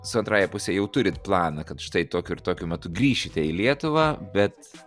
su antrąja puse jau turit planą kad štai tokiu ir tokiu metu grįšite į lietuvą bet